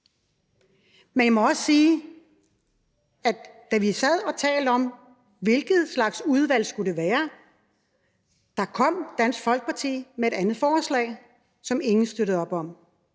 Men jeg må også sige, at da vi sad og talte om, hvilket slags udvalg det skulle være, kom Dansk Folkeparti med et andet forslag, som ingen støttede op om.